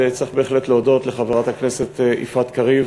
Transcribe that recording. וצריך בהחלט להודות לחברת הכנסת יפעת קריב